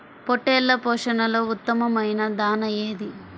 పొట్టెళ్ల పోషణలో ఉత్తమమైన దాణా ఏది?